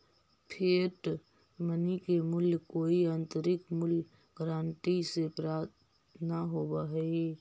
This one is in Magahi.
फिएट मनी के मूल्य कोई आंतरिक मूल्य गारंटी से प्राप्त न होवऽ हई